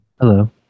Hello